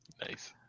Nice